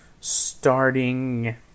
Starting